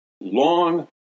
long